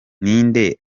ninde